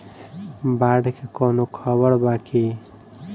बाढ़ के कवनों खबर बा की?